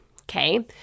Okay